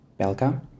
Belka